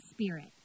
Spirit